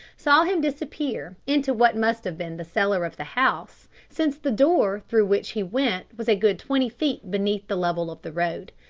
saw him disappear into what must have been the cellar of the house, since the door through which he went was a good twenty feet beneath the level of the road.